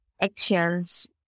actions